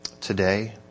today